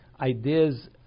ideas